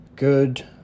Good